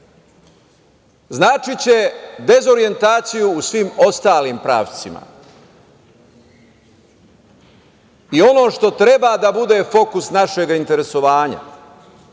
značiće dezorijentaciju u svim ostalim pravcima. Ono što treba da bude fokus našeg interesovanja